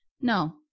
no